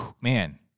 Man